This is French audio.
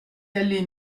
allée